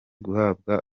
guhabwa